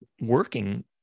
working